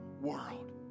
world